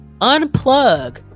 Unplug